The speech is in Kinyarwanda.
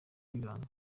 y’ibanga